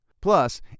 Plus